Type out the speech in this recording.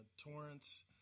Torrance